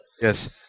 Yes